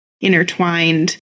intertwined